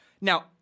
Now